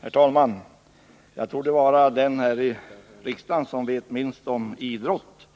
Herr talman! Jag torde vara den i riksdagen som vet minst om idrott